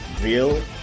real